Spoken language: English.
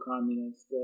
communists